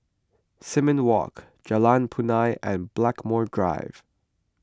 Simon Walk Jalan Punai and Blackmore Drive